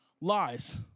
Lies